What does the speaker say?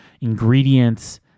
ingredients